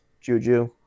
Juju